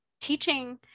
teaching